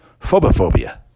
phobophobia